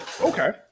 Okay